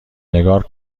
نگار